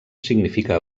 significa